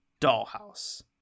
Dollhouse